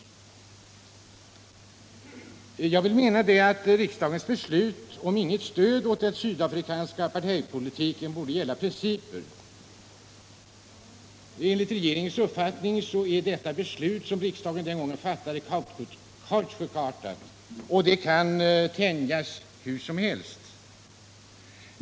Jag menar att riksdagens beslut om att inte ge något stöd åt den sydafrikanska politiken borde gälla principer. Enligt regeringens uppfattning är beslutet kautschukartat och kan tänjas hur som helst.